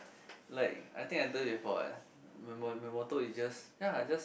like I think I told you before what my my motto is just ya just